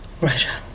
Russia